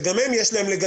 שגם להם יש לגליזציה,